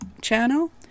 channel